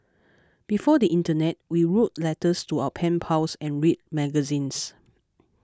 before the internet we wrote letters to our pen pals and read magazines